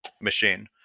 machine